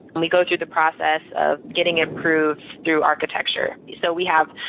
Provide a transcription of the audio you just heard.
and we go through the process of getting it proved through architecture so we have,